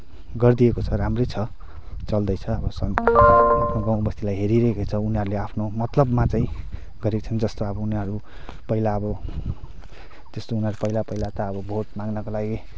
गरिदिएको छ राम्रै छ चल्दैछ हो सन अब आफ्नो गाउँ बस्तीलाई हेरिरहेकै छ उनीहरूले आफ्नो मतलबमामा चाहिँ गरेको छैन जस्तो अब उनीहरू पहिला अब त्यस्तो अब पहिला पहिला त भोट माग्नुको लागि